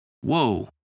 whoa